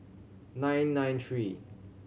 nine nine three